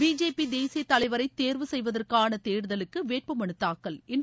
BJP தேசிய தலைவரை தேர்வு செய்வதற்கான தேர்தலுக்கு வேட்பு மனு தாக்கல் இன்று